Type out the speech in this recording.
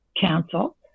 Council